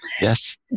Yes